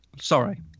Sorry